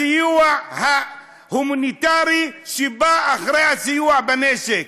הסיוע ההומניטרי שבא אחרי הסיוע בנשק,